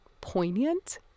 poignant